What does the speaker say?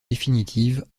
définitive